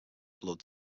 blood